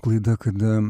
klaida kada